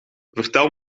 vertel